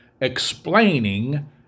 explaining